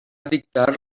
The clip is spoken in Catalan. dictar